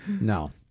No